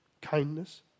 kindness